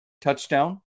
touchdown